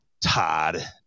Todd